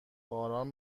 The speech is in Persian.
باران